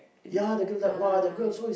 is it ah